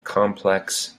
complex